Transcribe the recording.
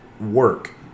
work